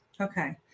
Okay